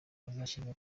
azashyirwa